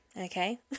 okay